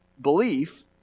Belief